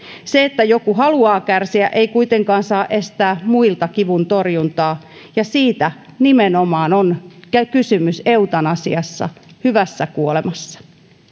se että joku haluaa kärsiä ei kuitenkaan saa estää muilta kivuntorjuntaa ja siitä nimenomaan on kysymys eutanasiassa hyvässä kuolemassa